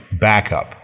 Backup